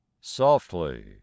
Softly